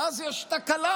ואז יש תקלה,